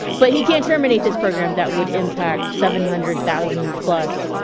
but he can't terminate this program that would impact seven hundred thousand plus